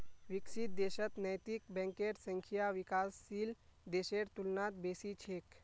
विकसित देशत नैतिक बैंकेर संख्या विकासशील देशेर तुलनात बेसी छेक